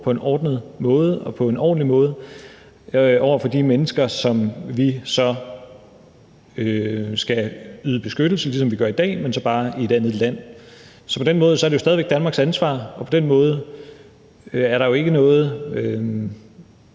på en ordnet måde og på en ordentlig måde over for de mennesker, som vi så skal yde beskyttelse, ligesom vi gør i dag, men så bare i et andet land. Så på den måde er det jo stadig væk Danmarks ansvar, og på den baggrund er der efter